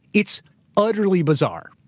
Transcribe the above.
it's utterly bizarre.